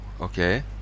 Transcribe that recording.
okay